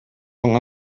von